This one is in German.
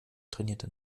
trainierte